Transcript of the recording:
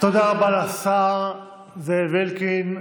תודה רבה לשר זאב אלקין,